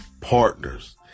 partners